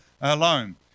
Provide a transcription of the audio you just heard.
alone